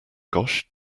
gosh